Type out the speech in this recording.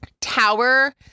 tower